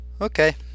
Okay